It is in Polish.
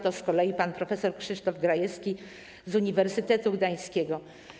To z kolei pan prof. Krzysztof Grajewski z Uniwersytetu Gdańskiego.